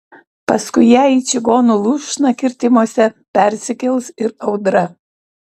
paskui ją į čigonų lūšną kirtimuose persikels ir audra